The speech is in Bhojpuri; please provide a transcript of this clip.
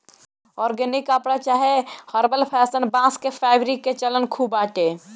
ऑर्गेनिक कपड़ा चाहे हर्बल फैशन, बांस के फैब्रिक के चलन खूब बाटे